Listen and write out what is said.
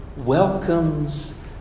welcomes